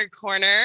corner